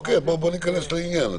אוקיי, בואו נכנס לעניין.